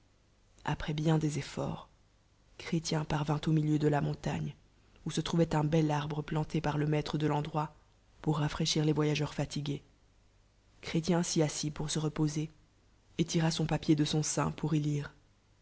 après hien des efforts chrétien parvint au milieu de la montagn où se irouvoit un bel arbre p'antt parlemaitredel'endroit pour rafraichir les vd vageurs falignés chrélicu s'y assit polir se reposer et tira son papier de son sein poür y lire